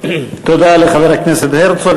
תודה לחבר הכנסת הרצוג.